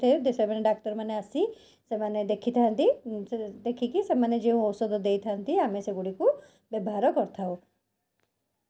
ଆଉ କାଚ ବାସନ ଯେଉଁ ରଖିଛୁ ସେଇ କାଚ ବାସନ ଗୁଡ଼ିକ କେବଳ କୁଣିଆ ମଇତ୍ର ଆସିଲେ ତାକୁ ବ୍ୟବହାର କରୁ କ'ଣ କୁଣିଆ ମଇତ୍ରଙ୍କୁ ତାଙ୍କୁ ସେଇ କାଚ ବାସନରେ ଦେଇଥାଉ କାଚ ଗ୍ଳାସ୍ କାଚ